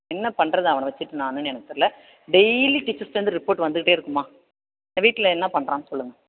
என்ன பண்ணுறது அவனை வச்சிகிட்டு நானுனு எனக்கு தெரில டெய்லி டீச்சர்ஸ்டேருந்து ரிப்போர்ட்டு வந்துக்கிட்டே இருக்கும்மா வீட்டில் என்ன பண்ணுறான்னு சொல்லுங்கள்